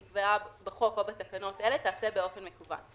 בית-דין שנקבעה בחוק או בתקנות אלה תיעשה באופן מקוון.